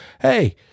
hey